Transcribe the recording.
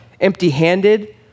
empty-handed